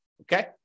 Okay